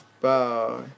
Bye